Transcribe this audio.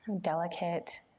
delicate